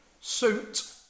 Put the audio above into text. suit